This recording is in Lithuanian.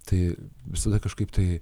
tai visada kažkaip tai